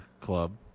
club